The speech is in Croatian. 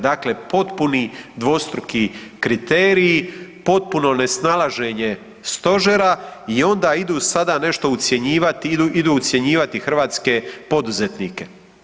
Dakle, potpuni dvostruki kriteriji, potpuno nesnalaženje Stožera i onda idu sada nešto ucjenjivati, idu ucjenjivati hrvatske poduzetnike.